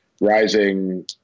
rising